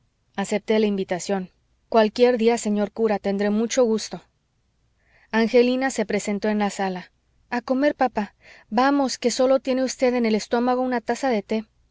acepté la invitación cualquier día señor cura tendré mucho gusto angelina se presentó en la sala a comer papá vamos que sólo tiene usted en el estómago una taza de té